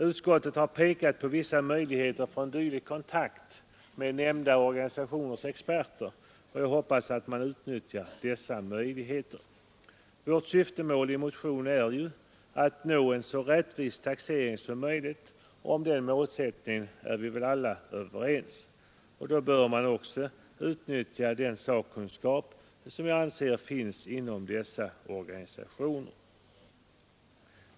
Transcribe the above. Utskottet har pekat på vissa möjligheter för en dylik kontakt med nämnda organisationers experter, och jag hoppas att man utnyttjar dessa möjligheter. Vårt syftemål i motionen är ju att nå en så rättvis taxering som möjligt — om den målsättningen är väl alla överens. Och då bör man också utnyttja den sakkunskap som jag anser finns inom dessa organisationer.